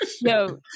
Yo